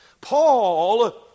Paul